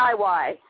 DIY